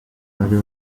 bari